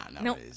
no